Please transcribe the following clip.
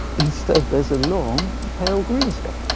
instead, there's a long pale green stem,